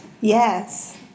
Yes